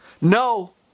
No